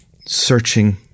searching